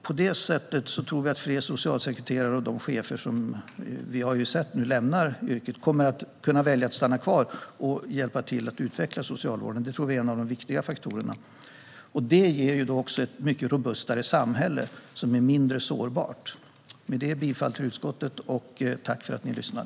På detta sätt tror vi att fler socialsekreterare och chefer som vi ser lämna yrket kommer att kunna välja att stanna kvar och hjälpa till att utveckla socialtjänsten. Det tror vi är en av de viktiga faktorerna. Det ger också ett mycket robustare samhälle som är mindre sårbart. Jag yrkar bifall till utskottets förslag.